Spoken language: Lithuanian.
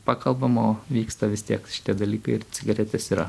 pakalbama o vyksta vis tiek šitie dalykai ir cigaretės yra